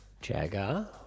Jagger